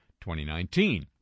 2019